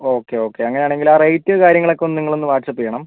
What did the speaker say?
okay okay അങ്ങനെയാണെങ്കിൽ ആ റേറ്റും കാര്യങ്ങളുമൊക്കെ നിങ്ങളൊന്നു വാട്സാപ്പ് ചെയ്യണം